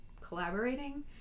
collaborating